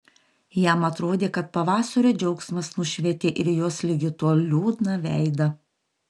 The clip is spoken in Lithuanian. jam atrodė kad pavasario džiaugsmas nušvietė ir jos ligi tol liūdną veidą